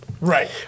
right